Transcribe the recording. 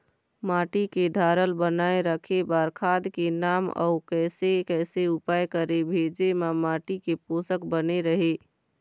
माटी के धारल बनाए रखे बार खाद के नाम अउ कैसे कैसे उपाय करें भेजे मा माटी के पोषक बने रहे?